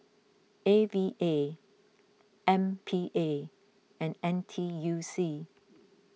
A V A M P A and N T U C